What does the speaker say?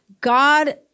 God